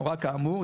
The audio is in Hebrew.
הורה כאמור,